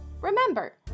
Remember